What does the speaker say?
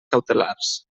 cautelars